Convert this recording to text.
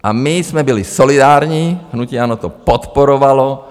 A my jsme byli solidární, hnutí ANO to podporovalo.